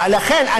ולכן,